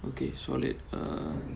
okay solid err